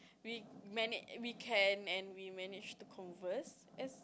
we manage we can and we manage to converse as